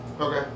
Okay